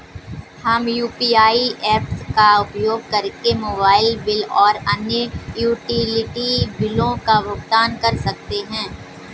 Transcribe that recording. हम UPI apps का उपयोग करके मोबाइल बिल और अन्य यूटिलिटी बिलों का भुगतान कर सकते हैं